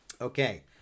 Okay